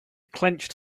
clenched